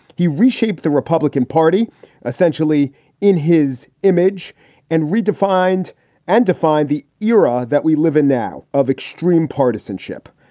he reshaped the republican party essentially in his image and redefined and defined the era that we live in now of extreme partisanship.